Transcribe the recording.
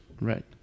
Right